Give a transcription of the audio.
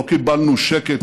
לא קיבלנו שקט,